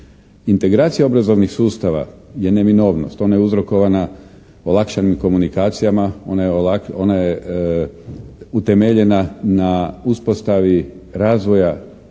Integracija obrazovnih sustava je neminovnost, ona je uzrokovana olakšanim komunikacijama, ona je utemeljena na uspostavi razvoja